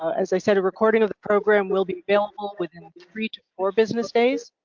as i said, a recording of the program will be available within three to four business days,